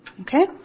Okay